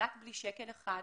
נפלט בלי שקל אחד.